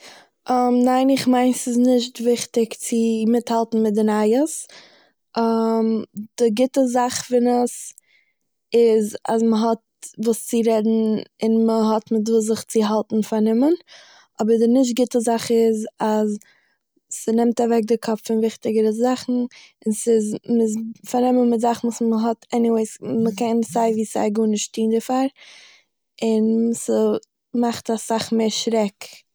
ניין, איך מיין ס'איז נישט וויכטיג צו מיטהאלטן מיט די נייעס, די גוטע זאך פון עס איז, אז מ'האט וואס צו רעדן און מ'האט מיט וואס זיך צו האלטן פארנומען. אבער די נישט גוטע זאך איז, אז ס'נעמט אוועק די קאפ פון וויכטיגערע זאכן און ס'איז- מ'איז פארנומען מיט זאכן וואס מ'האט עניוועי און מ'קען סיי ווי סיי גארנישט טוהן דערפאר, און ס'מאכט אסאך מער שרעק.